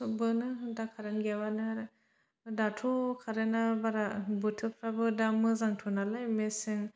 सबआनो दा खारेन्ट गैयाबानो आरो दाथ' खारेन्टआ बारा बोथोरफ्राबो दा मोजांथ' नालाय मेसें